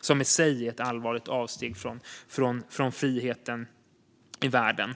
som i sig är ett allvarligt avsteg från friheten i världen.